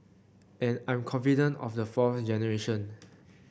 and I'm confident of the fourth generation